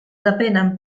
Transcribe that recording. depenen